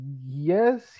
yes